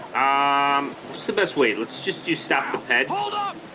um what's the best way let's just just stop the pad hold up